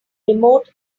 remote